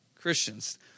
Christians